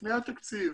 לפני התקציב,